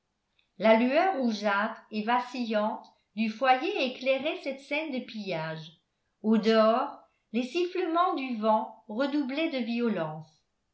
la lueur rougeâtre et vacillante du foyer éclairait cette scène de pillage au-dehors les sifflements du vent redoublaient de violence